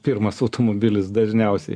pirmas automobilis dažniausiai